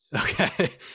Okay